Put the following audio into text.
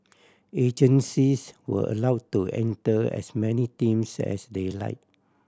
agencies were allow to enter as many teams as they like